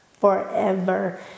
forever